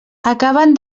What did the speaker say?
acaben